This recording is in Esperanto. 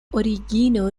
origino